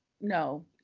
no